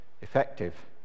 effective